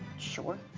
sure.